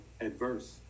adverse